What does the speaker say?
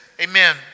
amen